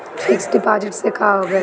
Fix deposit से का होखे ला?